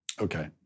Okay